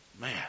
Man